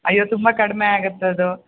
ಅಯ್ಯೋ ತುಂಬ ಕಡಿಮೆ ಆಗತ್ತದು